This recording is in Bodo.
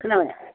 खोनाबाय